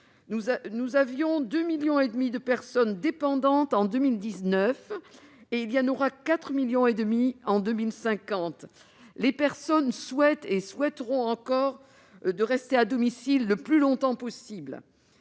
dénombrait 2,5 millions de personnes dépendantes : il en comptera 4,5 millions en 2050. Ces personnes souhaitent, et souhaiteront, rester à domicile le plus longtemps possible.